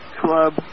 club